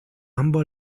ambos